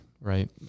right